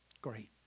great